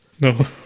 No